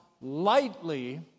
lightly